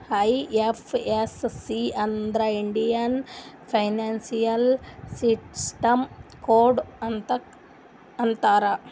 IFSC ಅಂದುರ್ Indian financial system code ಅಂತ್ ಅಂತಾರ್